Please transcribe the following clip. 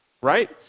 right